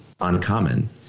uncommon